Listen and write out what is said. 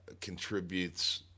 contributes